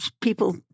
people